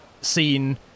scene